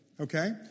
Okay